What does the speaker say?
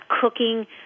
cooking